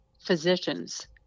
physicians